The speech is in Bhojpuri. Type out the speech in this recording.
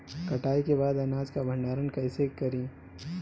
कटाई के बाद अनाज का भंडारण कईसे करीं?